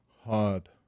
hard